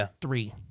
three